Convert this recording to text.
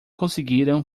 conseguiram